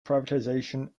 privatization